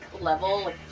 level